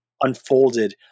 unfolded